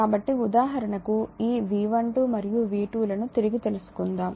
కాబట్టిఉదాహరణకు ఈ V12 మరియు V21 లను తిరిగి తెలుసుకుందాం